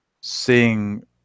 seeing